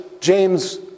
James